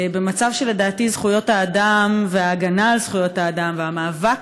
במצב שלדעתי זכויות האדם וההגנה על זכויות האדם והמאבק